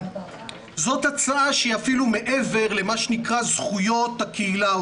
זאת הצעה שהיא אפילו מעבר למה שנקרא זכויות הקהילה,